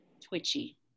twitchy